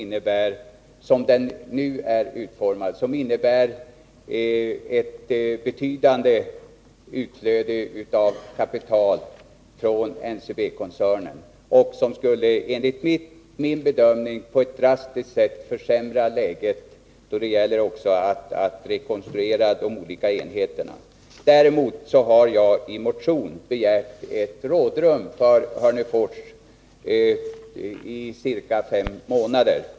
Ett bifall till reservationen skulle innebära betydande utflöde av kapital från NCB-koncernen, vilket enligt min bedömning skulle på ett drastiskt sätt försämra läget då det gäller att Däremot har jag i motion begärt ett rådrum för Hörnefors i ca fem månader.